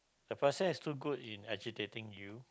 the person is too good in agitating you